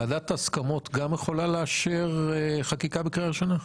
ועדת ההסכמות גם יכולה לאשר חקיקה בקריאה ראשונה?